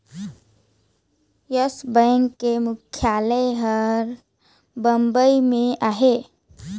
yes bank के मुख्यालय हर बंबई में अहे